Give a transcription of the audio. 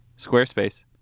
Squarespace